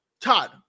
Todd